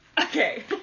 Okay